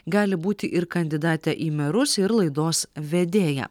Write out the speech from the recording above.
gali būti ir kandidatė į merus ir laidos vedėja